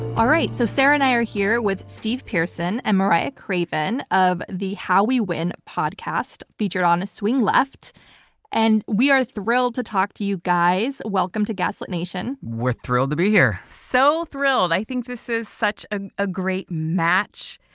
all right, so sarah and i are here with steve pierson and mariah craven of the how we win podcast featured on swing left and we are thrilled to talk to you guys. welcome to gaslit nation. we're thrilled to be here. so thrilled. i think this is such a ah great match.